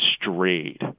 strayed